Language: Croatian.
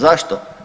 Zašto?